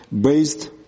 based